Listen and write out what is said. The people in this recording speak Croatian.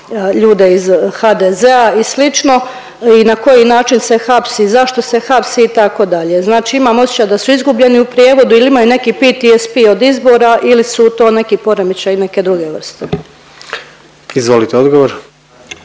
ljude iz HDZ-a i slično i na koji način se hapsi i zašto se hapsi itd., znači imam osjećaj da su izgubljeni u prijevodu ili imaju neki PTSP od izbora ili su to neki poremećaji neke druge vrste. **Jandroković,